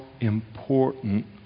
important